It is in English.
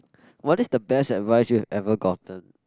what is the best advice you have ever gotten